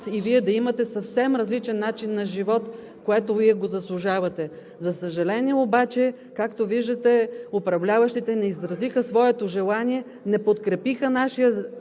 и да имате съвсем различен начин на живот, който Вие заслужавате. За съжаление обаче, както виждате, управляващите не изразиха своето желание (реплика от ГЕРБ), не